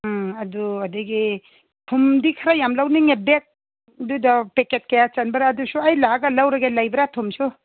ꯎꯝ ꯑꯗꯨ ꯑꯒꯗꯤ ꯊꯨꯝꯗꯤ ꯈꯔ ꯌꯥꯝ ꯂꯧꯅꯤꯡꯉꯦ ꯕꯦꯛꯗꯨꯗ ꯄꯦꯛꯀꯦꯠ ꯀꯌꯥ ꯆꯟꯕꯔꯥ ꯑꯗꯨꯁꯨ ꯑꯩ ꯂꯥꯛꯑꯒ ꯂꯧꯔꯒꯦ ꯂꯩꯕ꯭ꯔ ꯊꯨꯝꯁꯨ